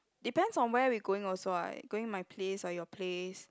depends on where we going also what going my place or your place